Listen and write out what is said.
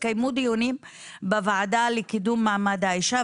התקיימו דיונים בוועדה לקידום מעמד האישה,